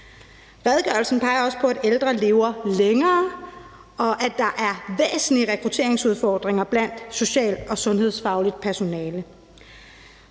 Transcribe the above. Redegørelsen peger også på, at ældre lever længere, og at der er væsentlige rekrutteringsudfordringer blandt social- og sundhedsfagligt personale.